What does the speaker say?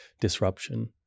disruption